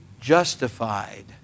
justified